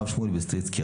הרב שמואל ביסטריצקי,